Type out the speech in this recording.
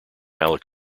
alec